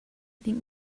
think